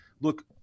look